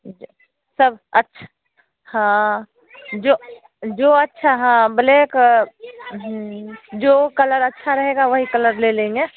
अच्छा सब अच्छा हाँ जो जो अच्छा हाँ ब्लैक जो कलर अच्छा रहेगा वही कलर ले लेंगे